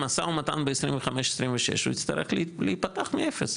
משא ומתן ב-25-26 הוא יצטרך להיפתח מאפס,